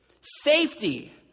Safety